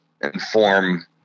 inform